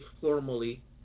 formally